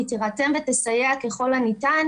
היא תירתם ותסייע ככל הניתן.